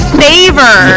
favor